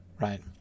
right